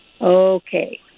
okay